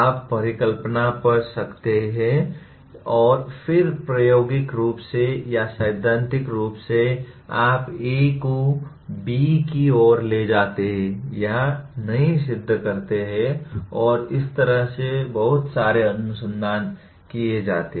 आप परिकल्पना कर सकते हैं और फिर प्रायोगिक रूप से या सैद्धांतिक रूप से आप A को B की ओर ले जाते हैं या नहीं सिद्ध करते हैं और इस तरह से बहुत सारे अनुसंधान किए जाते हैं